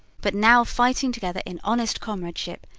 but now fighting together in honest comradeship,